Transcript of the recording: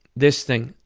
this thing,